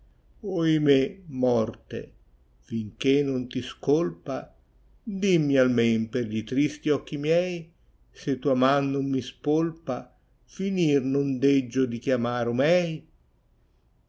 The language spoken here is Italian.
lassi oimè morte finché non ti scolpa dimmi almen per gli tristi occhi miei se tua man non mi spolpa finir non deggio di chiamar omei